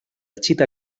chita